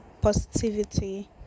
positivity